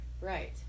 Right